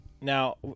Now